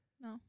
No